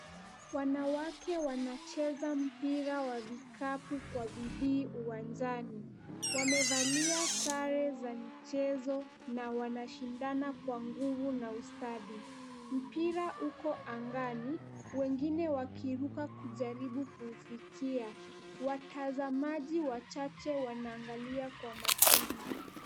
Wanawake wanacheza mpira wa vikapu kwa bidii uwanjani. Wamevalia sare za michezo na wanashindana kwa nguvu na ustadi. Mpira uko angani, wengine wakiruka kujaribu kuufikia. Watazamaji wachache wanaangalia kwa makini.